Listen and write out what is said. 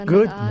Good